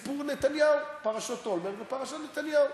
בין סיפור אולמרט ופרשת נתניהו.